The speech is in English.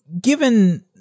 given